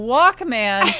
Walkman